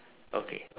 okay